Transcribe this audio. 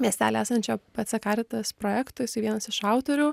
miestely esančio pc karitas projekto jisai vienas iš autorių